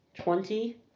Twenty